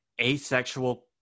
asexual